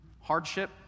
hardship